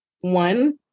one